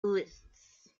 lists